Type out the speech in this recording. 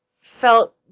felt